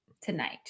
tonight